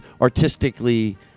artistically